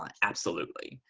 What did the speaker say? um absolutely.